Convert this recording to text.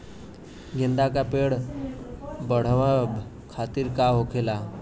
गेंदा का पेड़ बढ़अब खातिर का होखेला?